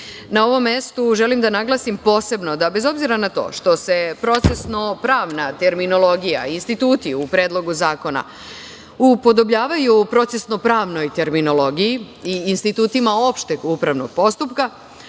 Na ovom mestu želim da naglasim posebno da bez obzira na to što se procesno-pravna terminologija i instituti u Predlogu zakona upodobljavaju u procesno-pravnoj terminologiji i institutima opšteg upravnog postupka,